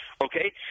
Okay